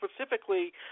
specifically